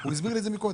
הוא הסביר לי קודם.